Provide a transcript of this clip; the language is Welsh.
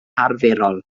arferol